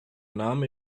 name